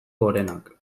gorenak